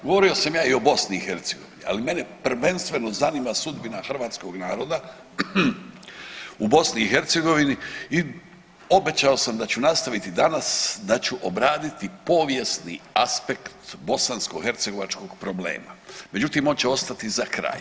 Govorio sam ja i o BiH, ali mene prvenstveno zanima sudbina hrvatskog naroda u BiH i obećao sam da ću nastaviti danas, da ću obraditi povijesni aspekt bosansko hercegovačkog problema, međutim on će ostati za kraj.